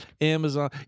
Amazon